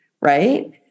right